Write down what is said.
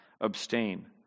Abstain